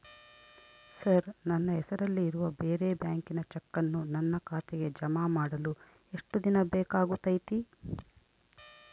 Sir ನನ್ನ ಹೆಸರಲ್ಲಿ ಇರುವ ಬೇರೆ ಬ್ಯಾಂಕಿನ ಚೆಕ್ಕನ್ನು ನನ್ನ ಖಾತೆಗೆ ಜಮಾ ಮಾಡಲು ಎಷ್ಟು ದಿನ ಬೇಕಾಗುತೈತಿ?